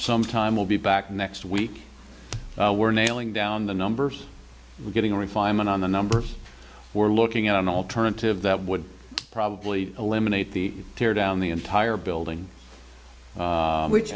some time will be back next week we're nailing down the numbers we're getting a refinement on the numbers we're looking at an alternative that would probably eliminate the tear down the entire building which